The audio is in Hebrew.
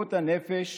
לבריאות הנפש